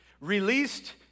released